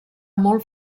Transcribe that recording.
molt